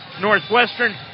Northwestern